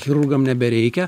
chirurgam nebereikia